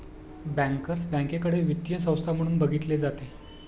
bankers बँकेकडे वित्तीय संस्था म्हणून बघितले जाते